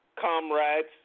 Comrades